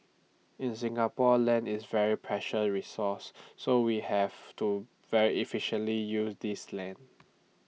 in Singapore land is A very precious resource so we have to very efficiently use this land